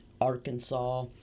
Arkansas